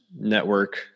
Network